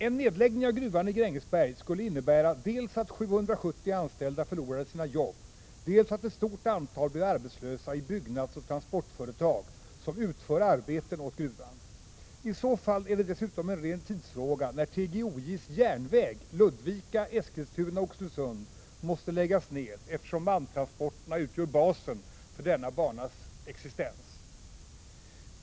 En nedläggning av gruvan i Grängesberg skulle innebära dels att 770 anställda förlorade sina jobb, dels att ett stort antal blev arbetslösa i byggnadsoch transportföretag som utför arbeten åt gruvan. I så fall är det dessutom en ren tidsfråga när TGOJ:s järnväg Ludvika-Eskilstuna-Oxelösund måste läggas ned, eftersom malmtransporterna utgör basen för denna banas existens.